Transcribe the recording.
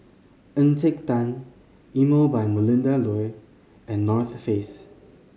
Encik Tan Emel by Melinda Looi and North Face